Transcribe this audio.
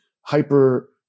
hyper